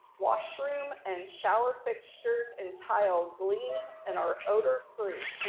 washroom and shower fixtures and tile gleam, and are odor free,